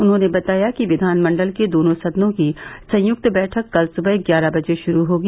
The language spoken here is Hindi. उन्होंने बताया कि विधानमण्डल के दोनों सदनों की संयुक्त बैठक कल सुबह ग्यारह बजे शुरू होगी